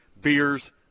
Beers